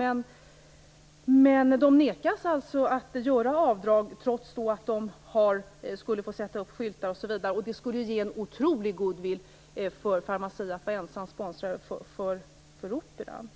Företaget nekas att få göra avdrag, trots att det skulle få sätta upp skyltar osv. Det skulle ge en otrolig goodwill för Pharmacia att vara ensam sponsor för Operan.